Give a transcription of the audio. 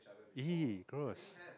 !ee! gross